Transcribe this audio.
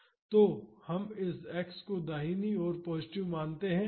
तो यदि हम इस x को दाईं ओर होने पर पॉजिटिव मानते हैं